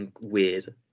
weird